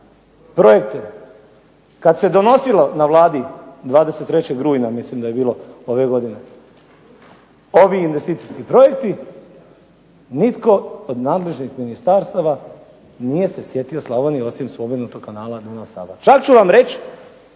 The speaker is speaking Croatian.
projekte kada se donosilo na Vladi 23. rujna mislim da je bilo ove godine, ovi investicijski projekti, nitko od nadležnih ministarstava nije se sjetio Slavonije osim spomenutog kanala Dunav-Sava. Čak ću vam reći